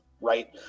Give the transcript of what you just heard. Right